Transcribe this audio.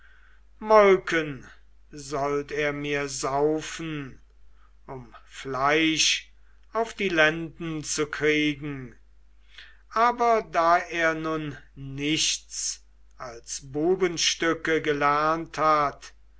sollt er mir saufen um fleisch auf die lenden zu kriegen aber da er nun nichts als bubenstücke gelernt hat